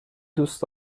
دوست